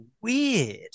weird